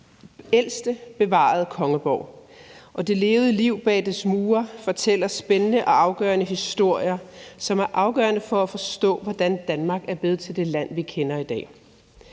ældste bevarede kongeborg, og det levede liv bag dets mure fortæller spændende historier, som er afgørende for at forstå, hvordan Danmark er blevet til det land, vi kender i dag.